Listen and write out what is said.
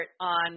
on